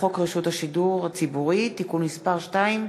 חוק השידור הציבורי (תיקון מס' 2),